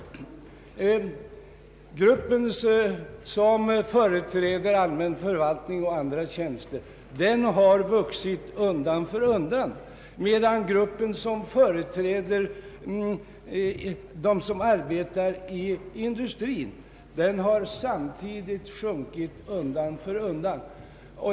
Den grupp som företräder allmän förvaltning och andra tjänster har undan för undan vuxit, medan den grupp som arbetar inom industrin samtidigt har minskat.